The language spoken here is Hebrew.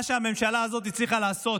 מה שהממשלה הזאת הצליחה לעשות